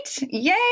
Yay